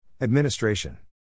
Administration